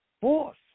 force